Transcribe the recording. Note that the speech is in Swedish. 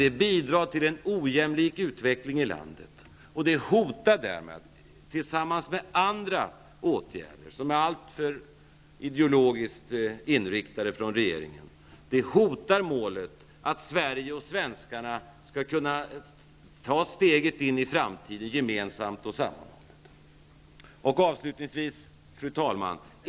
Det bidrar till en ojämlik utveckling i landet och hotar därmed, tillsammans med andra åtgärder från regeringen som är alltför ideologiskt inriktade, målet att Sverige och svenskarna skall kunna ta steget in i framtiden gemensamt. Fru talman!